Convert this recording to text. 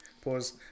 pause